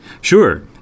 Sure